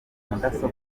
mudasobwa